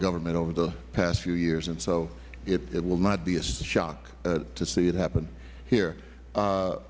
government over the past few years and so it will not be a shock to see it happen here